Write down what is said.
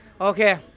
Okay